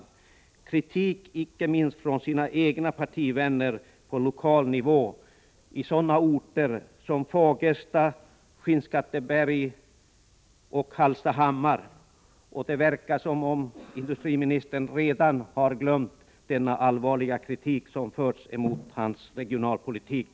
Den kritiken kom inte minst från hans egna partivänner på lokal nivå i sådana orter som Fagersta, Skinnskatteberg och Hallstahammar. Det verkar som om industriministern redan har glömt den allvarliga kritik som framförts mot hans regionalpolitik.